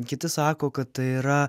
kiti sako kad tai yra